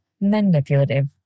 manipulative